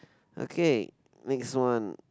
okay next one